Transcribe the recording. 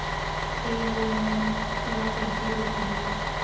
Pheromone ला कइसे रोकही?